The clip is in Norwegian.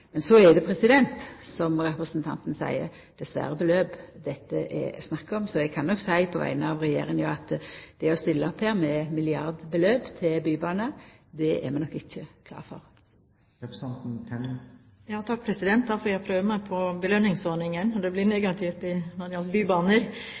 Så er det, som representanten Tenden seier, store beløp det her er snakk om, og eg kan nok seia på vegner av Regjeringa at det å stilla opp her med milliardbeløp til bybane er vi nok ikkje klare for. Da får jeg prøve meg på belønningsordningen, når svaret ble negativt når det